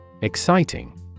Exciting